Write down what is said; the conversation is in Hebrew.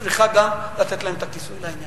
צריכה גם לתת את הכיסוי לו,